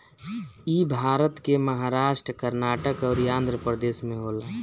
इ भारत के महाराष्ट्र, कर्नाटक अउरी आँध्रप्रदेश में होला